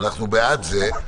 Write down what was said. אנחנו בעד זה.